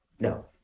No